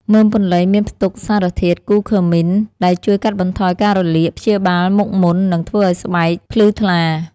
មើមពន្លៃមានផ្ទុកសារធាតុ គូឃឺមីន (Curcumin) ដែលជួយកាត់បន្ថយការរលាក ព្យាបាលមុខមុន និងធ្វើឲ្យស្បែកភ្លឺថ្លា។